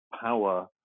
power